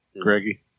Greggy